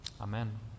Amen